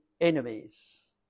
enemies